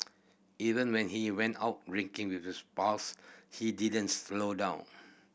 even when he went out with his pals he didn't slow down